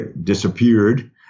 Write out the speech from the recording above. disappeared